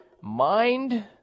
Mind